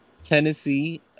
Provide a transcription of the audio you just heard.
Tennessee